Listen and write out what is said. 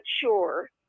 sure